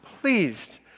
pleased